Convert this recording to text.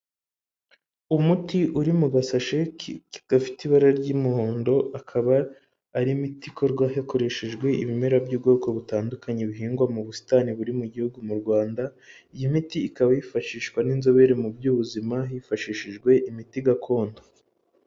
umuti uri mu gasashe gadafite ibara ry'umuhondo akaba ari miti ikorwa hakoreshejwe ibimera by'ubwoko butandukanye bihingwa mu busitani buri mu gihugu mu Rwanda iyi miti ikaba yifashishwa n'inzobere mu by'ubuzima hifashishijwe imiti gakondo.